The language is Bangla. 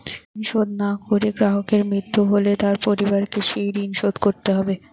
ঋণ শোধ না করে গ্রাহকের মৃত্যু হলে তার পরিবারকে সেই ঋণ শোধ করতে হবে?